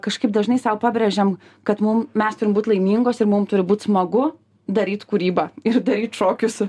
kažkaip dažnai sau pabrėžiam kad mum mes turim būt laimingos ir mum turi būt smagu daryt kūrybą ir daryt šokius